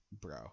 bro